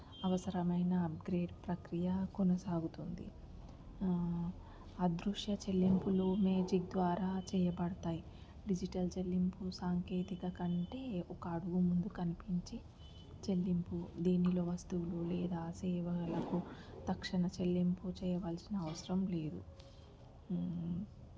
అవసరమైన అప్గ్రేడ్ ప్రక్రియ కొనసాగుతుంది అదృశ్య చెల్లింపులు మ్యాజిక్ ద్వారా చేయబడతాయి డిజిటల్ చెల్లింపు సాంకేతికత కంటే ఒక అడుగు ముందు కనిపించి చెల్లింపు దీనిలో వస్తువులు లేదా సేవలకు తక్షణ చెల్లింపు చేయవలసిన అవసరం లేదు